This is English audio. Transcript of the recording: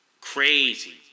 Crazy